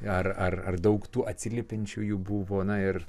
ar ar daug tų atsiliepiančiųjų buvo na ir